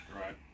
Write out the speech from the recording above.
Right